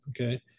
Okay